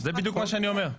נכון, זה בדיוק מה שאני אומר.